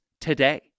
today